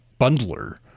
bundler